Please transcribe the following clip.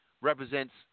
represents